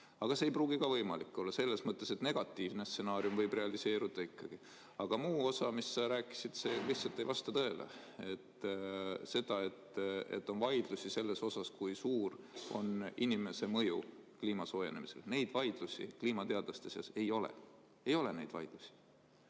Aga see ei pruugi ka võimalik olla, selles mõttes, et negatiivne stsenaarium võib realiseeruda ikkagi. Aga muu osa, mis sa rääkisid, lihtsalt ei vasta tõele. See, et on vaidlusi selle üle, kui suur on inimese mõju kliima soojenemisele – neid vaidlusi kliimateadlaste seas ei ole. Ei ole neid vaidlusi!